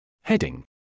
Heading